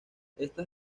estas